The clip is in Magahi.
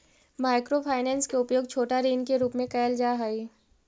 माइक्रो फाइनेंस के उपयोग छोटा ऋण के रूप में कैल जा हई